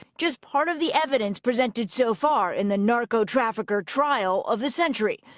just part of the evidence presented so far, in the narco trafficker trial of the century.